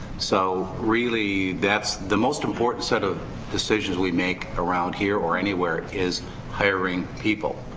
so really that's the most important set of decisions we make around here or anywhere is hiring people.